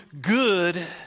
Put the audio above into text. good